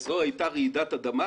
זו הייתה רעידת אדמה.